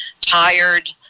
tired